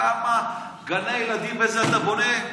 כמה גני ילדים אתה בונה בזה?